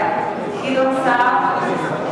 בעד גדעון סער,